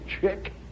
chick